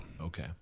Okay